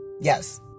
yes